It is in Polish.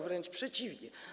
Wręcz przeciwnie.